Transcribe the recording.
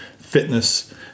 fitness